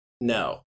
No